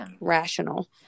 rational